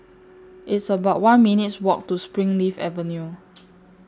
It's about one minutes' Walk to Springleaf Avenue